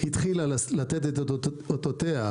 התחילה לתת את אותותיה.